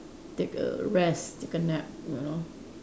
take a rest take a nap you know